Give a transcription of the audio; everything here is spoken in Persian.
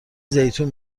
زیتون